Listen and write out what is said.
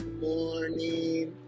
morning